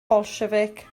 bolsiefic